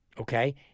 okay